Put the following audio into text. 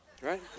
right